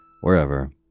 wherever